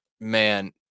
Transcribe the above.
Man